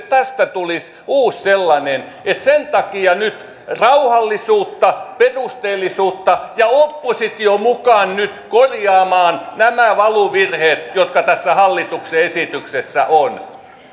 tästä tulisi uusi sellainen sen takia nyt rauhallisuutta perusteellisuutta ja oppositio mukaan korjaamaan nämä valuvirheet jotka tässä hallituksen esityksessä ovat